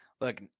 look